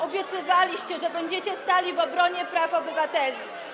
Obiecywaliście, że będziecie stali w obronie praw obywateli.